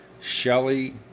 Shelley